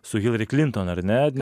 su hilari klinton ar ne